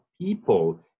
people